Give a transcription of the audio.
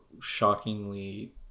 shockingly